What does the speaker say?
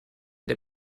der